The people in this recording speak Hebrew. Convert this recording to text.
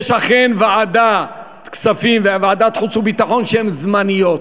יש אכן ועדת כספים וועדת חוץ וביטחון שהן זמניות.